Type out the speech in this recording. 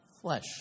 flesh